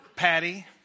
Patty